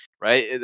Right